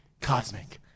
Cosmic